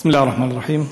בסם אללה א-רחמאן א-רחים.